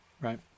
right